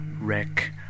wreck